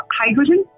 hydrogen